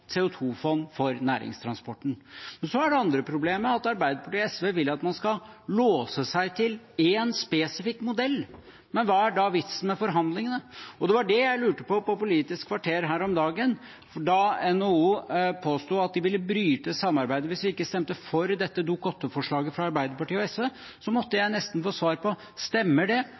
for næringstransporten. Men så er det det andre problemet: at Arbeiderpartiet og SV vil at man skal låse seg til én spesifikk modell. Men hva er da vitsen med forhandlingene? Det var det jeg lurte på på Politisk kvarter her om dagen, for da NHO påsto at de ville bryte samarbeidet hvis vi ikke stemte for dette Dokument 8-forslaget fra Arbeiderpartiet og SV, måtte jeg nesten få svar på: Stemmer det?